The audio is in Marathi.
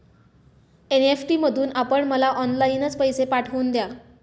एन.ई.एफ.टी मधून आपण मला ऑनलाईनच पैसे पाठवून द्या